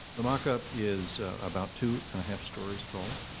the mockup is about two and a half stories tall,